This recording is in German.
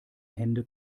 hände